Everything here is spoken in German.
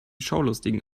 schaulustigen